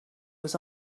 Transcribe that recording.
was